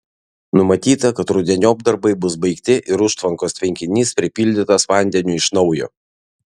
numatyta kad rudeniop darbai bus baigti ir užtvankos tvenkinys pripildytas vandeniu iš naujo